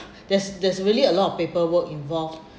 there's there's really a lot of paperwork involved